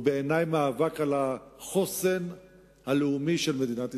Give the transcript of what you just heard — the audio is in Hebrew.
בעיני הוא מאבק על החוסן הלאומי של מדינת ישראל.